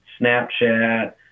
Snapchat